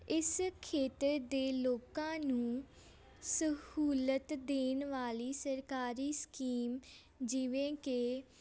ਇਸ ਖੇਤਰ ਦੇ ਲੋਕਾਂ ਨੂੰ ਸਹੂਲਤ ਦੇਣ ਵਾਲੀ ਸਰਕਾਰੀ ਸਕੀਮ ਜਿਵੇਂ ਕਿ